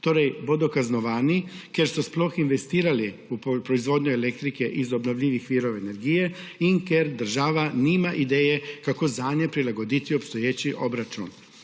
Torej bodo kaznovani, ker so sploh investirali v proizvodnjo elektrike iz obnovljivih virov energije in ker država nima ideje, kako zanje prilagoditi obstoječi obračun.